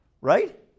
right